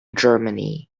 germany